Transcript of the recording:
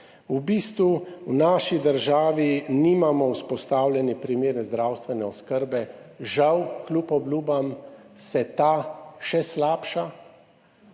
V bistvu v naši državi nimamo vzpostavljene primerne zdravstvene oskrbe, žal kljub obljubam se ta še slabša